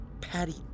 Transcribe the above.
Patty